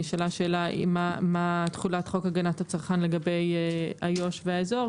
נשאלה שאלה מה תחולת חוק הגנת הצרכן לגבי איו"ש והאזור,